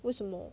为什么